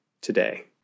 today